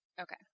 Okay